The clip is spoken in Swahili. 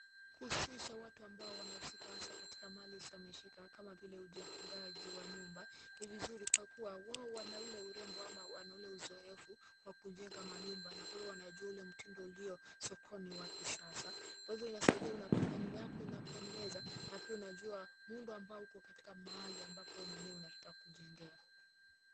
Kuhusisha watu ambao wanahusika hasa katika mali isiyomeshika kama vile ujengaji wa nyumba ni vizuri kwa kuwa wao wana ule urembo ama wa ule uzoefu wa kujenga manyumba na kwa hivyo wanajua ule mtindo ulio sokoni wa kisasa. Kwa hivyo inasaidia unapata nyumba yako inapendeza na pia unajua muundo ambao uko katika mahali ambapo wewe mwenyewe unataka kujengea.